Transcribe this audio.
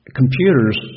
computers